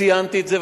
וציינתי את זה,